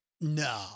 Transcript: No